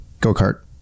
Go-kart